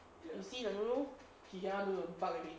you see the roof he cannot do that bug already